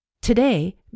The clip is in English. Today